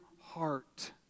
heart